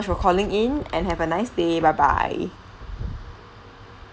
for calling in and have a nice day bye bye